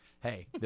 hey